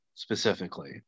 specifically